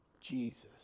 Jesus